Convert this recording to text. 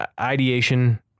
ideation